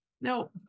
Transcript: No